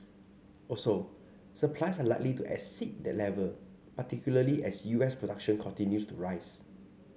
also supplies are likely to exceed that level particularly as U S production continues to rise